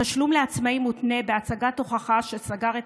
התשלום לעצמאי מותנה בהצגת הוכחה שסגר את